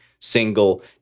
single